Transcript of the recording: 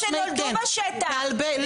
זה כלבים שנולדו בשטח עקב חוסר עיקור וסירוס.